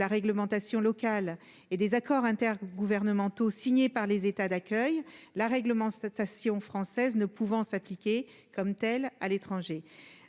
la réglementation locale et des accords intergouvernementaux signés par les États d'accueil la règlement stations françaises ne pouvant s'appliquer comme telle à l'étranger